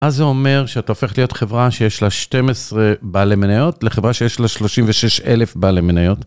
אז זה אומר שאתה הופך להיות חברה שיש לה 12 בעלי מניות לחברה שיש לה 36,000 בעלי מניות.